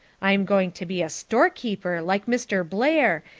i'm going to be a storekeeper, like mr. blair,